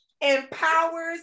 empowers